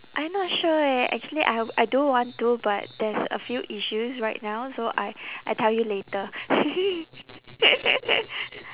I not sure eh actually I I do want to but there's a few issues right now so I I tell you later